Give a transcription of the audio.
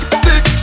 stick